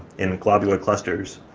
in globular clusters,